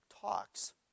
talks